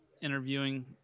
interviewing